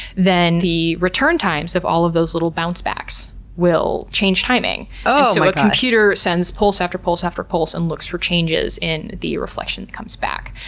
then the return times of all those little bounce-backs will change timing. so, a computer sends pulse after pulse after pulse and looks for changes in the reflection that comes back.